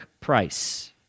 Price